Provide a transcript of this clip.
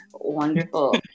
wonderful